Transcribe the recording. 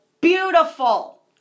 beautiful